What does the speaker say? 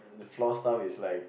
the floor staff is like